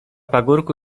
pagórku